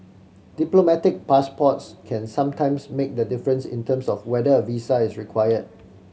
diplomatic passports can sometimes make the difference in terms of whether a visa is required